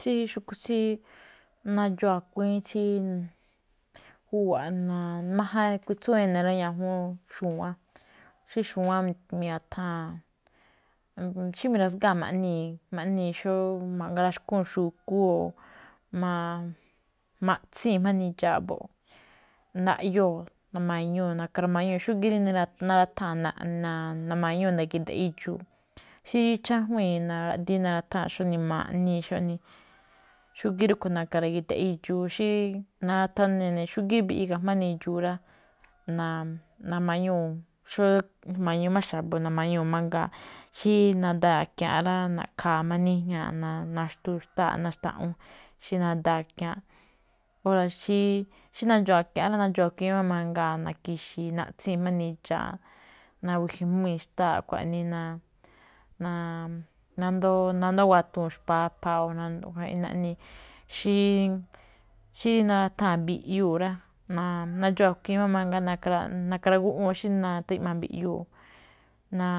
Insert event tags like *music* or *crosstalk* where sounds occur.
Tsí, xu̱kú tsí, *noise* nadxuun a̱kui̱ín, tsí júwa̱ꞌ *hesitation* máján kuitsúun ene̱ rá, ñajuun xu̱wán, *noise* xí xu̱wán ma̱ra̱tháa̱n, xí ma̱ra̱tháa̱n ma̱ꞌnii̱, ma̱ꞌnii̱, xóo ma̱ꞌga raxkúu̱n xu̱kú o *hesitation* *noise* maꞌtsii̱n jma̱á nindxa̱a̱ mbo̱ꞌ, ndaꞌyoo̱ na̱̱ma̱ñuu̱ na̱ka̱ ra̱ma̱ñuu̱ xúgíí rí na- naratháa̱n na- nagi̱da̱ꞌ idxu̱u̱. Xí chájuíin nathagíꞌdi̱í naratháa̱n, xóne ma̱ꞌnii̱ xóne, *noise* xúgíí rúꞌkhue̱n na̱ka̱ ra̱gi̱da̱ꞌ idxu̱u̱, xí nathane ne̱ xúgíí mbiꞌi ga̱jma̱á nindxu̱u̱ rá. *noise* na̱-nama̱ñuu̱ xó na̱ma̱ñuu máꞌ xa̱bo̱, na̱ma̱ñuu̱ mangaa̱. *noise* xí nadaa a̱kia̱ánꞌ rá, na̱ꞌkha̱a̱ máꞌ nijñáaꞌ, na- naxtuu̱ xtáa, *noise* ná xtaꞌwún, nadaa a̱kia̱ánꞌ. *noise* óra̱ xí, nadxuun a̱kiaa̱nꞌ rá, nadxuun máꞌ akuii̱n mangaa̱, na̱ki̱xii̱ naꞌtsíi̱n jma̱á nindxa̱a̱ꞌ. Na̱wi̱jii̱ jmbii̱ xtáa, xkuaꞌnii *hesitation* nandoo̱ gáguatuu̱n *noise* xpaphaa̱ꞌ o naꞌnii̱. *noise* xi- si naratháa̱n mbiꞌyuu̱ rá, na- nadxuun *noise* a̱kuii̱n mangaa̱ xí natagíꞌma mbiꞌyuu̱,